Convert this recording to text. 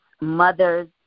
mothers